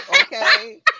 okay